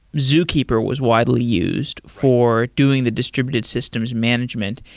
zookeeper was widely used for doing the distributed systems management.